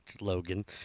Logan